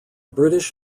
british